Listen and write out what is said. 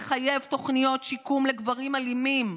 לחייב תוכניות שיקום לגברים אלימים.